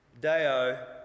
Deo